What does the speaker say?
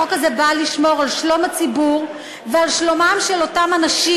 החוק הזה בא לשמור על שלום הציבור ועל שלומם של אותם אנשים